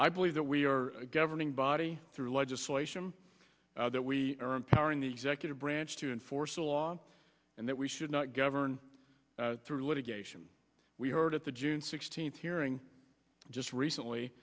i believe that we are governing body through legislation that we are empowering the executive branch to and force a law and that we should not govern through litigation we heard at the june sixteenth hearing just recently